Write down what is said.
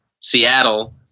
Seattle